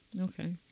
Okay